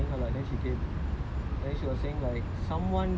is a lady she came because I was telling her lah then she came